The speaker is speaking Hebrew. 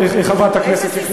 ססמאות, חברת הכנסת יחימוביץ.